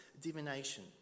divination